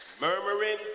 murmuring